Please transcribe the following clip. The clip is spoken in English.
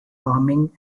farming